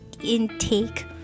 intake